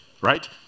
right